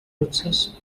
princess